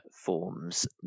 forms